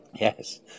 Yes